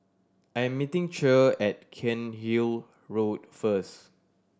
I am meeting Cher at Cairnhill Road first